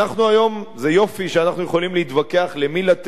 היום זה יופי שאנחנו יכולים להתווכח למי לתת ולאן לתת,